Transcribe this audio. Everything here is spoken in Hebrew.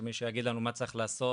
שמישהו יגיד לנו מה צריך לעשות,